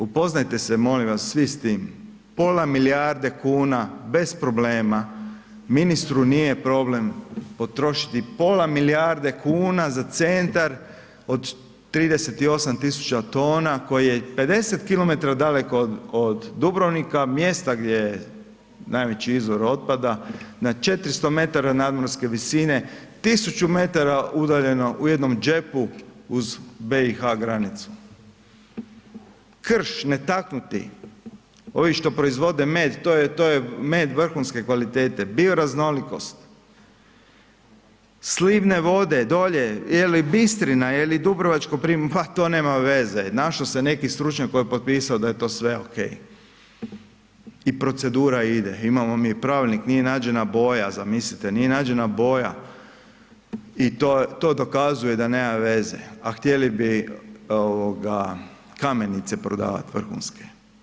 Upoznajte se molim vas svi s tim, pola milijarde kuna bez problema, ministru nije problem potrošiti pola milijarde kuna za centar od 38.000 tona koji je 50 km daleko od, od Dubrovnika, mjesta gdje je najveći izvor otpada, na 400 metara nadmorske visine, 1000 metara udaljeno u jednom džepu uz BiH granicu, krš netaknuti, ovi što proizvode med, to je, to je med vrhunske kvalitete, bioraznolikost, slivne vode dolje, je li Bistrina, je li Dubrovačko Primorje, ma to nema veze, našo se neki stručnjak koji je potpisao da je to sve okej i procedura ide, imamo mi i Pravilnik, nije nađena boja zamislite, nije nađena boja i to, to dokazuje da nema veze, a htjeli bi ovoga kamenice prodovat vrhunske.